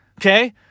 Okay